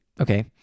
okay